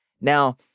Now